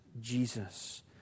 Jesus